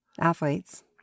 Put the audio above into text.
Athletes